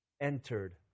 entered